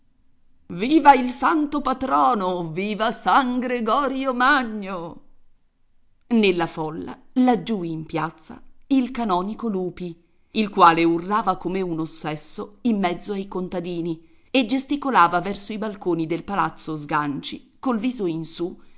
viva il santo patrono viva san gregorio magno nella folla laggiù in piazza il canonico lupi il quale urlava come un ossesso in mezzo ai contadini e gesticolava verso i balconi del palazzo sganci col viso in su